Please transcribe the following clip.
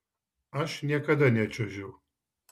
aš niekada nečiuožiau